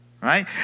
Right